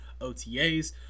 OTAs